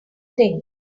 think